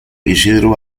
isidro